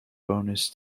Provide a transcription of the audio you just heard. bonus